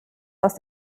aus